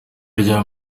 rya